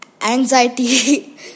anxiety